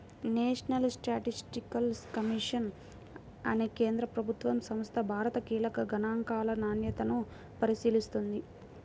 national statistical commission అనే కేంద్ర ప్రభుత్వ సంస్థ భారత కీలక గణాంకాల నాణ్యతను పరిశీలిస్తుంది